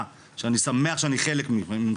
בנושא של נוער בסיכון ואני שמח שאני חלק מכם,